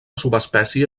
subespècie